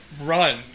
Run